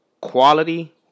quality